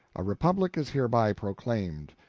a republic is hereby proclaimed,